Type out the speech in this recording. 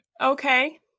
Okay